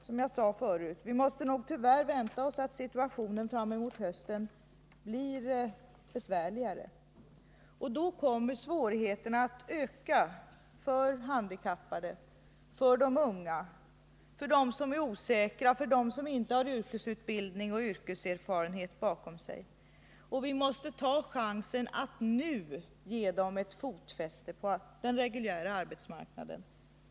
Som jag sade måste vi nog tyvärr vänta oss att situationen framemot hösten blir än besvärligare. Då kommer svårigheterna att öka för de handikappade, för de unga, för dem som är osäkra och som inte har yrkesutbildning och yrkeserfarenhet bakom sig. Vi måste därför ta chansen att nu ge dem ett fotfäste på den reguljära arbetsmarknaden.